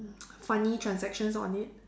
funny transactions on it